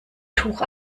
tuch